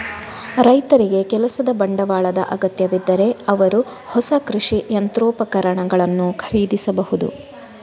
ರೈತರಿಗೆ ಕೆಲಸದ ಬಂಡವಾಳದ ಅಗತ್ಯವಿದ್ದರೆ ಅವರು ಹೊಸ ಕೃಷಿ ಯಂತ್ರೋಪಕರಣಗಳನ್ನು ಖರೀದಿಸಬಹುದು